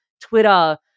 Twitter